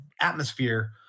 atmosphere